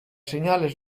señales